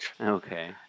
Okay